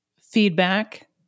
feedback